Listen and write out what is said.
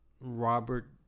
Robert